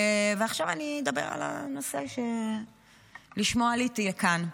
עכשיו אני אדבר על הנושא שלשמו עליתי לכאן.